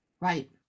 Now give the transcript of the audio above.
Right